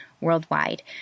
worldwide